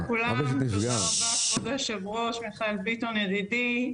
יושב הראש, מיכאל ביטון, ידידי.